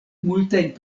multajn